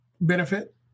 Benefit